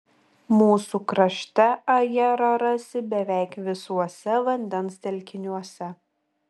mūsų krašte ajerą rasi beveik visuose vandens telkiniuose